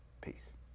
Peace